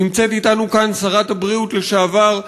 נמצאת אתנו כאן שרת הבריאות לשעבר,